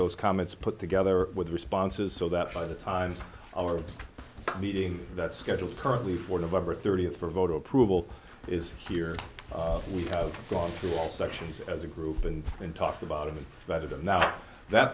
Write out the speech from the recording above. those comments put together with responses so that by the time our meeting that's scheduled currently for november thirtieth for voter approval is here we have gone through all sections as a group and then talk about it rather than now that